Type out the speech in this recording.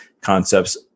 concepts